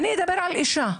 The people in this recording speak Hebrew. אדבר עכשיו על אישה.